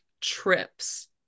trips